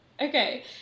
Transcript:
Okay